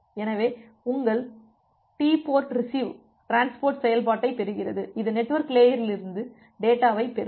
எனவே உங்கள் டிபோர்ட்ரிசீவ்TportRecv டிரான்ஸ்போர்ட் செயல்பாட்டைப் பெறுகிறது இது நெட்வொர்க் லேயரிலிருந்து டேட்டாவைப் பெறும்